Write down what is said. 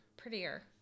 prettier